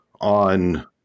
on